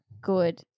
Good